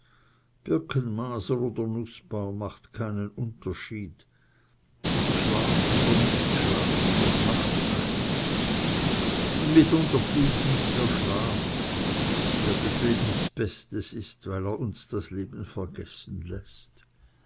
macht keinen unterschied aber schlaf oder nichtschlaf das macht einen und mitunter flieht mich der schlaf der des lebens bestes ist weil er uns das leben vergessen läßt